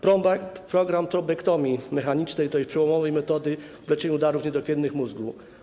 Program trombektomii mechanicznej, tj. przełomowej metody w leczeniu udarów niedokrwiennych mózgu.